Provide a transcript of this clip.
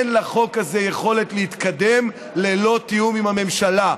אין לחוק הזה יכולת להתקדם ללא תיאום עם הממשלה,